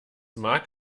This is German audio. mag